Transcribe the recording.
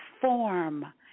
form